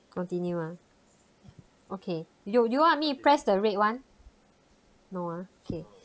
continue ah okay you you want to me press the red one no ah okay